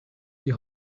die